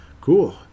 Cool